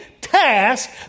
task